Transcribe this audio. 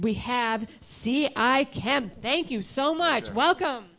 we have see i can't thank you so much welcome